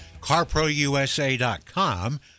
CarProUSA.com